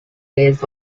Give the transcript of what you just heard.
days